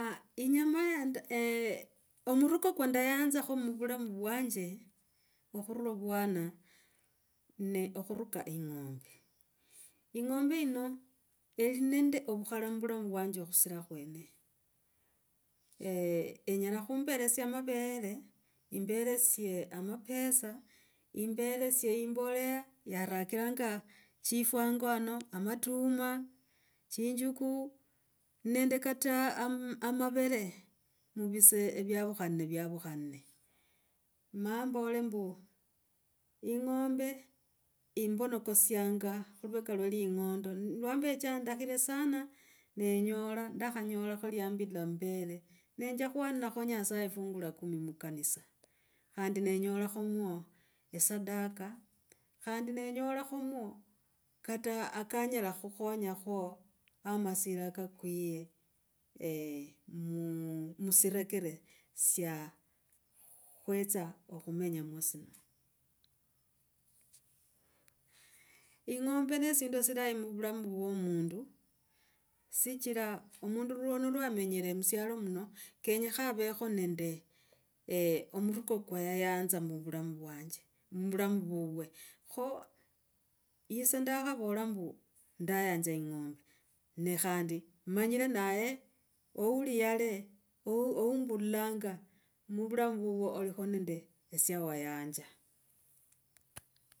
Inyama ya nda, eeh omuruke kwa ndayanzakho muvulamu vwanje okhurula vwana ne, okhuruka ing’ombe. Ing’ombe yino ili nende ovukhala muvulamu uwanje khusira khwene enyela khumberesia mavere. Imberesie amapesa imberesie imboleha yarakiranga chifwa hango hano, matuma chinjuku nende kata ama amavere muvis vyaukhane vyaukhane. Ma mbole mbu, ing’ombe imbonokosianga khuluveka iwa lingondo iwa mbecha ndakhr sana nenyola ndakhanyolhako lyambila mavele. Nenja khuanilakho nyasaye fungu la kumi mukanisa khandi nenyolakhomwa esadaka. Khandi nenyolakhomwo kata ka nyela khukhonyakho ha masira kakwire musirekere sya khwetsa okhumenyamo sino. Ing’ombe nesindu silai muvulamu vwo omundu, sichia omundu luwano lwa amenyre musialo muno kenyakha avekho nende omuruko kwa yayanza, muvulamu vwanje, muvulamu vuuwe. Kho ise ndakhavola mbu ndayanza ing’ombe ne khandi manyre naye ouli yale oumbulilanga muvulamu vuvwo olikho nende sya wayanja.